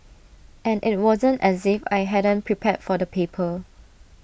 and IT wasn't as if I hadn't prepared for the paper